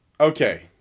okay